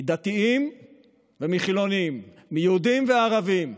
מדתיים ומחילונים, מיהודים ומערבים,